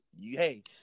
hey